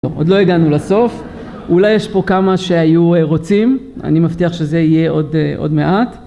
עוד לא הגענו לסוף, אולי יש פה כמה שהיו רוצים, אני מבטיח שזה יהיה עוד מעט